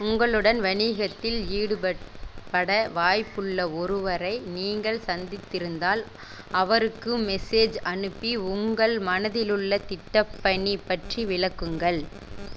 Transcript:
உங்களுடன் வணிகத்தில் ஈடுபட் பட வாய்ப்புள்ள ஒருவரை நீங்கள் சந்தித்திருந்தால் அவருக்கு மெசேஜ் அனுப்பி உங்கள் மனதிலுள்ள திட்டப்பணி பற்றி விளக்குங்கள்